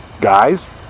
guys